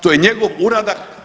To je njegov uradak.